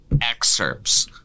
excerpts